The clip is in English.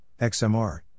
XMR